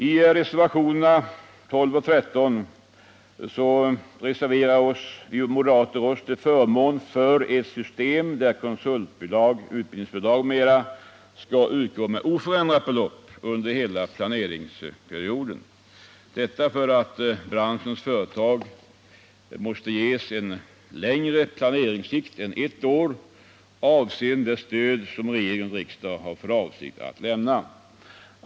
I reservationerna 12 och 13 reserverar vi moderater oss till förmån för ett system där konsultbidrag, utbildningsbidrag m.m. skall utgå med oförändrat belopp under hela planeringsperioden — detta för att branschens företag måste ges en längre planeringssikt än ett år avseende det stöd som regering och riksdag har för avsikt att lämna.